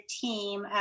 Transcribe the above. team